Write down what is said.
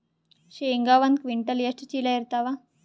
ಶೇಂಗಾ ಒಂದ ಕ್ವಿಂಟಾಲ್ ಎಷ್ಟ ಚೀಲ ಎರತ್ತಾವಾ?